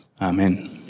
Amen